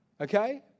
Okay